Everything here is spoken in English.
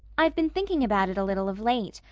i've been thinking about it a little of late,